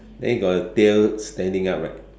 then got the tail standing up right